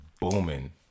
booming